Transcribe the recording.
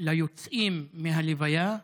אל היוצאים מהלוויה.